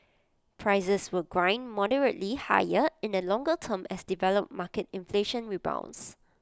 prices will grind moderately higher in the longer term as developed market inflation rebounds